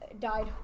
died